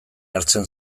hartzen